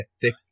thick